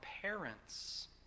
parents